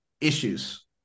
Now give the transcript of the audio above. issues